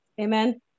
Amen